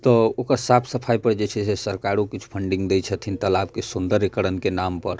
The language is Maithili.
तऽ ओकर साफ सफाइ पर जे छै से सरकारो किछु फंडिंग दै छथिन तालाब के सौंदर्यीकरण के नाम पर